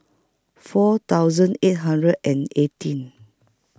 four thousand eight hundred and eighteen